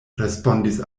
respondis